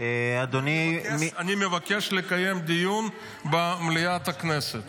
אני מבקש לקיים דיון במליאת הכנסת.